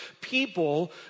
people